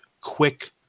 quick